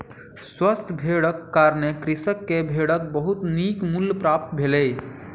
स्वस्थ भेड़क कारणें कृषक के भेड़क बहुत नीक मूल्य प्राप्त भेलै